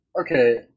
Okay